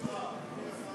לא שומעים אותך.